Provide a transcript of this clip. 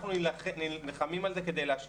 אנחנו נלחמים על זה כדי להשאיר,